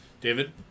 David